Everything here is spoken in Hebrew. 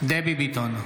דבי ביטון,